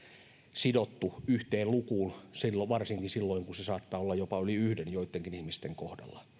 sidottu yhteen lukuun varsinkin silloin kun se saattaa olla jopa yli yhden joittenkin ihmisten kohdalla